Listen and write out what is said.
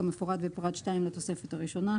כמפורט בפרט (2) לתוספת הראשונה.